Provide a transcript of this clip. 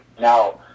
Now